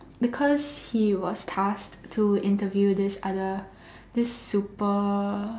because he was tasked to interview this other this super